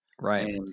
right